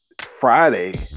Friday